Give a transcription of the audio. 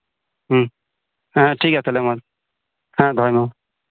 ᱦᱩᱸ ᱦᱮᱸ ᱴᱷᱤᱠᱜᱮᱭᱟ ᱛᱟᱞᱦᱮ ᱢᱟ ᱦᱮᱸ ᱫᱚᱦᱚᱭ ᱢᱮ ᱢᱟ